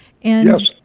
yes